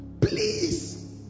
please